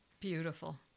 Beautiful